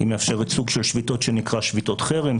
היא מאפשרת סוג של שביתות שנקרא: שביתות חרם,